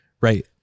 Right